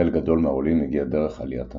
חלק גדול מהעולים הגיע דרך עליית הנוער.